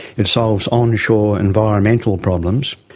it solves onshore environmental problems.